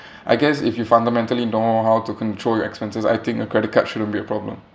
I guess if you fundamentally know how to control your expenses I think a credit card shouldn't be a problem